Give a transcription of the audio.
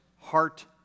heart